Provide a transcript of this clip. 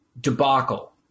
debacle